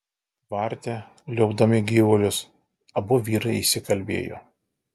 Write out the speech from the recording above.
tvarte liuobdami gyvulius abu vyrai įsikalbėjo